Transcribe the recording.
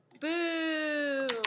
Boo